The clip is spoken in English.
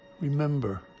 Remember